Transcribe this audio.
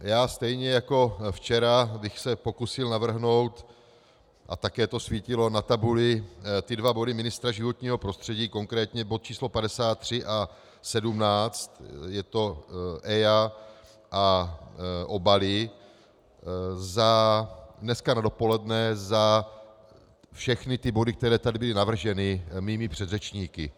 Já stejně jako včera bych se pokusil navrhnout, a také to svítilo na tabuli, ty dva body ministra životního prostředí, konkrétně bod č. 53 a 17, je to EIA a obaly, dneska na dopoledne za všechny ty body, které tady byly navrženy mými předřečníky.